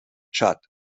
tschad